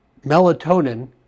melatonin